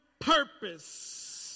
purpose